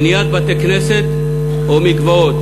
בניית בתי-כנסת או מקוואות.